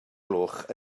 gloch